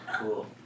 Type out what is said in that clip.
cool